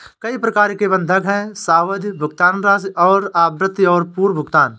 कई प्रकार के बंधक हैं, सावधि, भुगतान राशि और आवृत्ति और पूर्व भुगतान